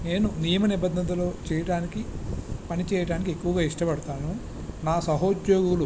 నేను నియమ నిబంధనలు చేయడానికి పనిచేయడానికి ఎక్కువగా ఇష్టపడతాను నా సహోద్యోగులు